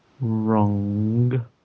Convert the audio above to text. Wrong